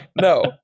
no